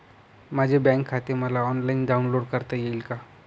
माझे बँक खाते मला ऑनलाईन डाउनलोड करता येईल का?